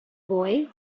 boy